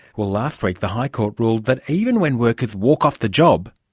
well, last week the high court ruled that even when workers walk off the job,